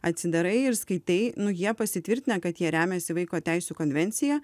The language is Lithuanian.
atsidarai ir skaitai nu jie pasitvirtinę kad jie remiasi vaiko teisių konvencija